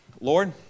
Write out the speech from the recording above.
Lord